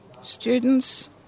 Students